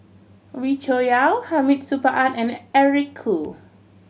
Wee Cho Yaw Hamid Supaat and Eric Khoo